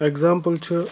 example چھِ